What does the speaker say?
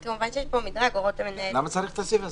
כמובן שיש פה מדרג הוראות המנהל --- למה צריך את הסעיף הזה?